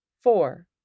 four